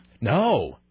No